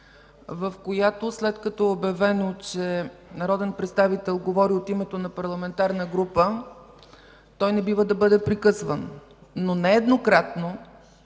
в която, след като е обявено, че народен представител говори от името на парламентарна група, той не бива да бъде прекъсван. Но нееднократно